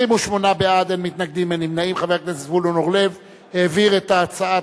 ההצעה להעביר את הצעת